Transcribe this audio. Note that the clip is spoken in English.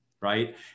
Right